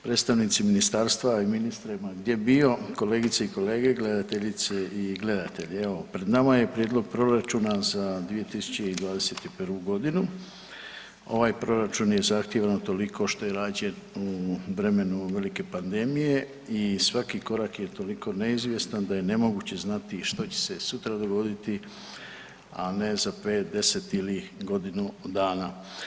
Predstavnici ministarstva i ministre ma gdje bio, kolegice i kolege, gledateljice i gledatelji, evo pred nama je prijedlog proračuna za 2021. godinu, ovaj proračun je zahtjevan toliko što je rađen u vremenu velike pandemije i svaki korak je toliko neizvijestan da je nemoguće znati što će se sutra dogoditi, a ne za 5, 10 ili godinu dana.